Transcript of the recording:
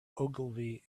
ogilvy